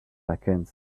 vacancy